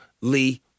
Lee